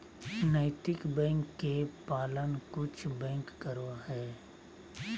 नैतिक बैंक के पालन कुछ बैंक करो हइ